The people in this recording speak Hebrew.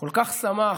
כל כך שמח